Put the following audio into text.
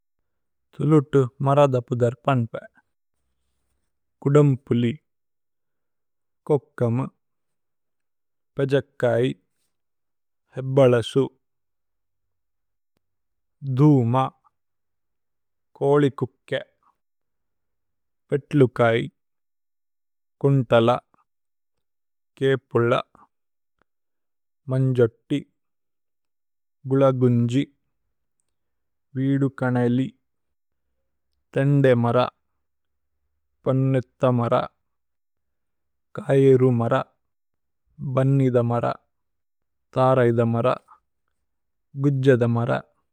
ഥുലുതു മരദ് അപ്ദര്പന്പേ കുദമ്പുലി കോക്കമ്। പേജക്കൈ, ഹേബലസു, ധൂമ, കോലികുക്കേ। പേത്ലുകൈ, കുന്തല, കേപുല, മന്ജത്തി। ഗുല ഗുന്ജി, വേദുകനേലി, തേന്ദേ മര। പന്നിഥ് മര, കൈരു മര, ബന്നിഥ മര। തരൈഥ മര ഗുജ്ജദ മര।